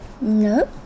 No